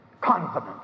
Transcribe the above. confident